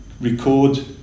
record